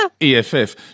EFF